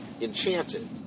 Enchanted